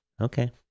okay